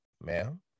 ma'am